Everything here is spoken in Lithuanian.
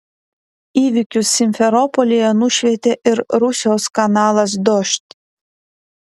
įvykius simferopolyje nušvietė ir rusijos kanalas dožd